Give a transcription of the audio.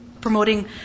promoting